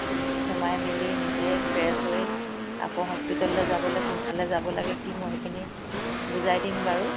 সোমাই মেলি নিজে ফ্ৰেছ হৈ আকৌ হস্পিটেললৈ যাবলৈ কোনফালে যাব লাগে কি মই সেইখিনি বুজাই দিম বাৰু